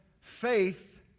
faith